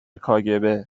کاگب